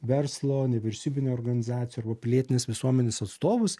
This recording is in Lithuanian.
verslo nevyriausybinių organizacijų arba pilietinės visuomenės atstovus